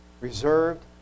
Reserved